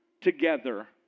together